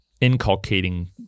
inculcating